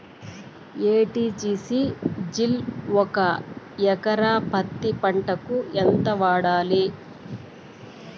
ఎ.టి.జి.సి జిల్ ఒక ఎకరా పత్తి పంటకు ఎంత వాడాలి?